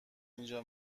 اینجا